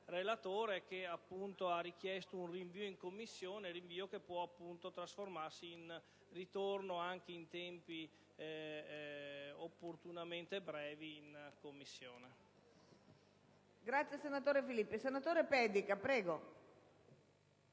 che ha richiesto un rinvio in Commissione, rinvio che può trasformarsi in ritorno in tempi opportunamente brevi.